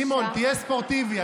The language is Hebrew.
סימון, תהיה ספורטיבי.